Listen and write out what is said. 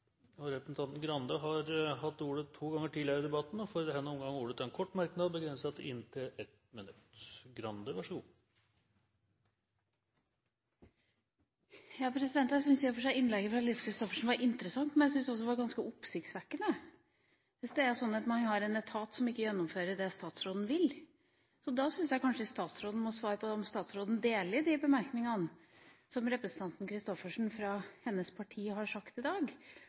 bli. Representanten Trine Skei Grande har hatt ordet to ganger tidligere og får ordet til en kort merknad, begrenset til 1 minutt. Jeg syns i og for seg innlegget fra Lise Christoffersen var interessant, men jeg syns også det var ganske oppsiktsvekkende. Hvis det er sånn at man har en etat som ikke gjennomfører det statsråden vil, syns jeg kanskje statsråden må svare på om hun deler de bemerkningene som representanten Christoffersen fra hennes parti har hatt i dag,